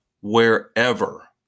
wherever